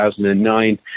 2009